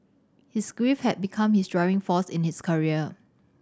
his grief had become his driving force in his career